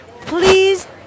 please